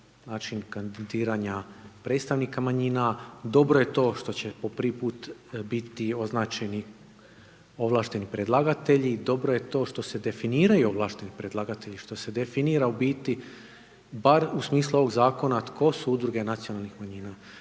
način kandidiranja predstavnika manjina, dobro je to što će po prvi put biti označeni ovlašteni predlagatelji, dobro je to što se definiraju ovlašteni predlagatelji, što se definira u biti bar u smislu ovog zakona tko su udruge nacionalnih manjina.